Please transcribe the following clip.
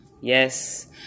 yes